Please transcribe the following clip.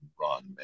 run